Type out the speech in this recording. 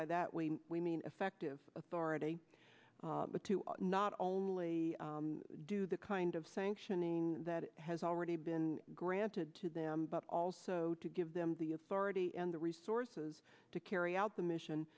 by that we we mean effective authority but to not only do the kind of sanctioning that has already been granted to them but also to give them the authority and the resources to carry out the mission